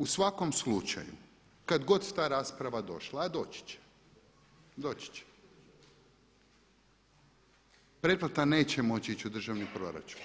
U svakom slučaju, kad god ta rasprava došla, a doći će, pretplata neće moći ići u državni proračun